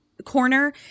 corner